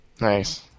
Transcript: Nice